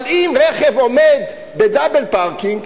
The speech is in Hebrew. אבל אם רכב עומד ב-double parking,